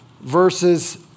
verses